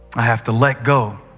i have to let go